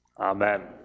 Amen